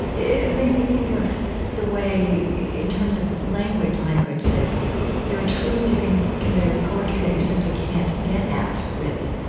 it made me think of the way, in terms of language language, that there are truths you can convey with poetry that you simply can't get at with,